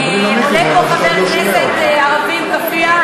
עולה פה חבר כנסת ערבי עם כאפיה.